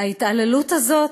ההתעללות הזאת,